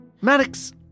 Maddox